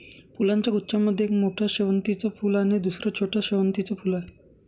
फुलांच्या गुच्छा मध्ये एक मोठं शेवंतीचं फूल आणि दुसर छोटं शेवंतीचं फुल आहे